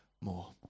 more